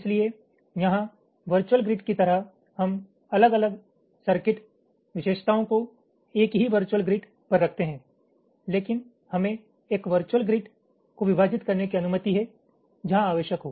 इसलिए यहां virtual grid की तरह हम अलग अलग सर्किट विशेषताओं को एक ही वर्चुअल ग्रिड पर रखते हैं लेकिन हमें एक वर्चुअल ग्रिड को विभाजित करने की अनुमति है जहाँ आवश्यक हो